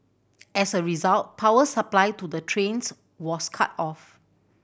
as a result power supply to the trains was cut off